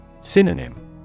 Synonym